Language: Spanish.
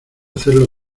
hacerlo